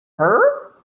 her